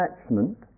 attachment